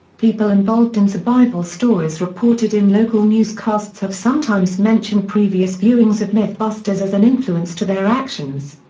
people involved in survival stories reported in local newscasts have sometimes mentioned previous viewings of mythbusters as an influence to their actions.